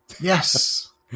Yes